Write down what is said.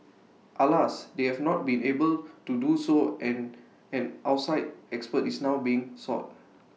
alas they have not been able to do so and an outside expert is now being sought